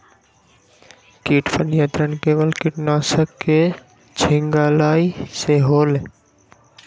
किट पर नियंत्रण केवल किटनाशक के छिंगहाई से होल?